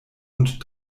und